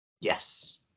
yes